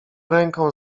ręką